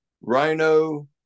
Rhino